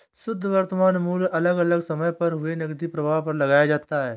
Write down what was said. शुध्द वर्तमान मूल्य अलग अलग समय पर हुए नकदी प्रवाह पर लगाया जाता है